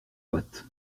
boîte